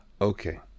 Okay